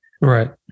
right